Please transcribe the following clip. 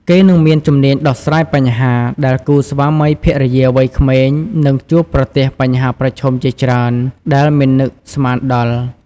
គេនឹងមានជំនាញដោះស្រាយបញ្ហា ដែលគូស្វាមីភរិយាវ័យក្មេងនឹងជួបប្រទះបញ្ហាប្រឈមជាច្រើនដែលមិននឹកស្មានដល់។